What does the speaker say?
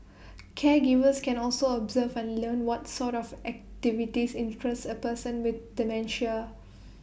caregivers can also observe and learn what sort of activities interest A person with dementia